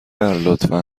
لطفا